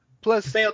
plus